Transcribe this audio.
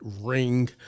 ring